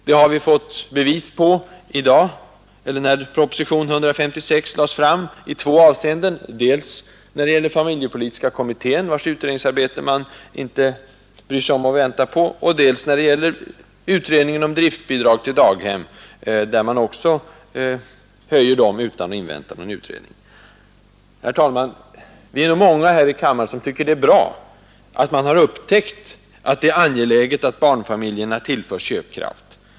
Det har vi fått bevis på, när propositionen 156 lades fram, i två avseenden: dels när det gäller familjepolitiska kommittén, vars utredningsarbete man inte bryr sig om att vänta på, dels när det gäller driftbidragen till daghem; de bidragen höjer man också utan att invänta den utredning som pågår. Herr talman! Vi är nog många här i kammaren som tycker det är bra att man har upptäckt att det är angeläget att barnfamiljernas köpkraft stärks.